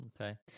Okay